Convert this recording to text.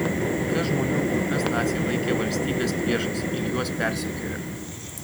kokias žmonių grupes naciai laikė valstybės priešais ir juos persekiojo